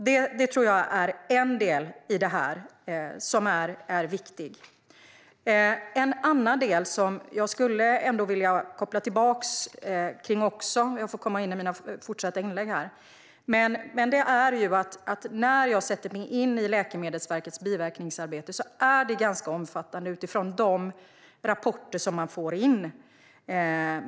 Det tror jag är en viktig del i det här. En annan del som jag skulle vilja koppla tillbaka till - jag får återkomma till detta i mina senare inlägg - är att Läkemedelsverkets biverkningsarbete är ganska omfattande utifrån de rapporter som man får in. Jag ser det när jag sätter mig in i det här.